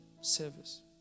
Service